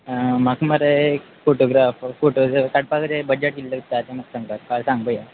आं म्हाका मरे फोटोग्राफर फोटो काडपाक बजट कितलें आसता तें म्हाका तांकां काल सांग पोया